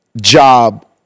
job